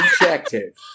objective